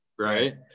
Right